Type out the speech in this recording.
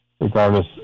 regardless